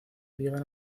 llegan